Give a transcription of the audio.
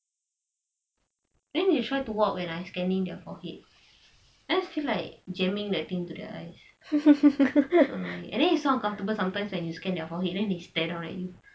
then you try to walk when I scanning their forehead and then as if like jamming the thing to their eyes so annoying and then it's so uncomfortable sometimes that when you scan their forehead then they stared down at you